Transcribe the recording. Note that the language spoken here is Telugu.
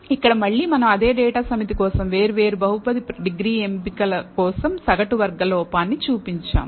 ఇక్కడ మళ్ళీ మనం అదే డేటా సమితి కోసం వేర్వేరు బహుపది డిగ్రీ ఎంపిక కోసం సగటు వర్గం లోపాన్ని చూపించాము